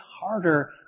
harder